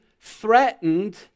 threatened